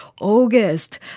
August